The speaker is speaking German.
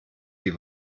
die